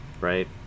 right